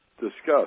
discussed